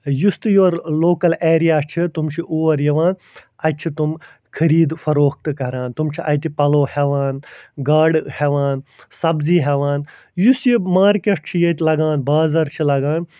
یُس تہِ یورٕ لوکل ایریا چھِ تِم چھِ اور یِوان اَتہِ چھِ تِم خریٖدٕ فروخت کَران تِم چھِ اَتہِ پَلو ہٮ۪وان گاڈٕ ہٮ۪وان سبزی ہٮ۪وان یُس یہِ مارکٮ۪ٹ چھُ ییٚتہِ لگان بازَر چھِ لَگان